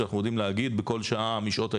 שאנחנו יודעים להגיד בכל שעה משעות ההילולה,